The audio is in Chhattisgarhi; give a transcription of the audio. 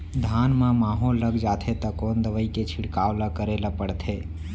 धान म माहो लग जाथे त कोन दवई के छिड़काव ल करे ल पड़थे?